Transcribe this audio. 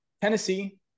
Tennessee